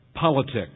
politics